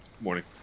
Morning